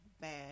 bad